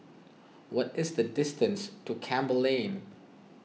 what is the distance to Campbell Lane